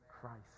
Christ